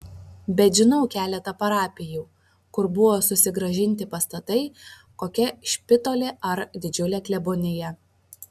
bet žinau keletą parapijų kur buvo susigrąžinti pastatai kokia špitolė ar didžiulė klebonija